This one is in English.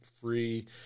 free